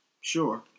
Sure